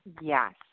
Yes